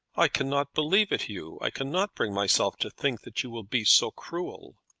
i cannot believe it, hugh i cannot bring myself to think that you will be so cruel.